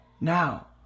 Now